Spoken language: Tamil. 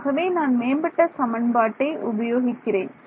ஆகவே நான் மேம்பட்ட சமன்பாட்டை உபயோகிக்கிறேன்